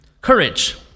courage